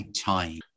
time